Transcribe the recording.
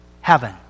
heaven